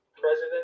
president